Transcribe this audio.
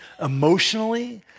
emotionally